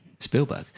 Spielberg